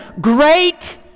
great